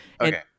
Okay